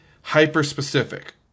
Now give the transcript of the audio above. hyper-specific